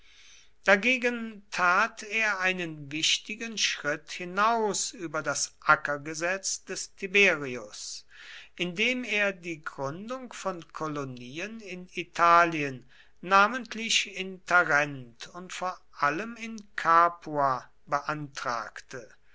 dagegen tat er einen wichtigen schritt hinaus über das ackergesetz des tiberius indem er die gründung von kolonien in italien namentlich in tarent und vor allem in capua beantragte